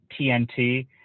TNT